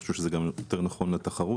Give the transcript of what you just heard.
אני חושב שזה גם יותר נכון לתחרות.